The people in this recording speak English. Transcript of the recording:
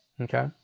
Okay